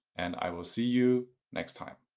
and i will see you next time.